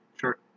Sure